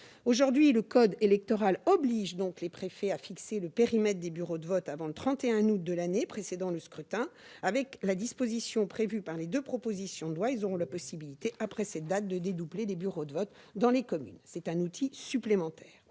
Aujourd'hui, le code électoral oblige les préfets à fixer le périmètre des bureaux de vote avant le 31 août de l'année précédant le scrutin. Avec la disposition prévue par les deux propositions de loi, ils auront la possibilité, après cette date, de dédoubler ces bureaux de vote dans les communes. Il s'agit là d'un outil supplémentaire.